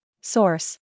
Source